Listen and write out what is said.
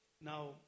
Now